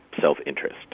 self-interest